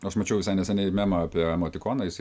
aš mačiau visai neseniai memą apie emotikoną jisai